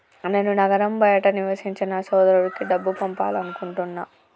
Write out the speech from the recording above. నేను నగరం బయట నివసించే నా సోదరుడికి డబ్బు పంపాలనుకుంటున్నా